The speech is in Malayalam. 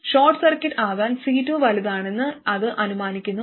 ഷോർട്ട് സർക്യൂട്ട് ആകാൻ C2 വലുതാണെന്ന് ഇത് അനുമാനിക്കുന്നു